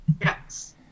Yes